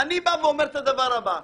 אני אומר את הדבר הבא.